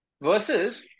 Versus